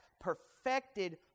perfected